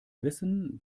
wissen